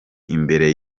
imbere